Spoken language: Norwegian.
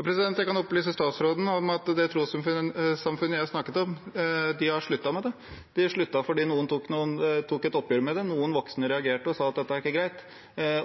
Jeg kan opplyse statsråden om at det trossamfunnet jeg snakket om, har sluttet med det. De sluttet fordi noen tok et oppgjør med det. Noen voksne reagerte og sa at dette ikke var greit,